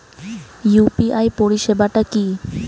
UPI পরিসেবাটা কি?